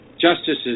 justices